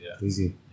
Easy